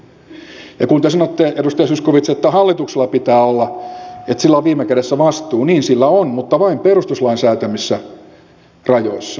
ja kun te sanoitte edustaja zyskowicz että hallituksella on viime kädessä vastuu niin niin sillä on mutta vain perustuslain säätämissä rajoissa